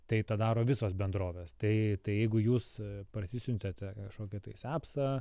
tai tą daro visos bendrovės tai tai jeigu jūs parsisiuntėte kažkokį tais epsą